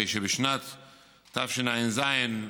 בשנת תשע"ז,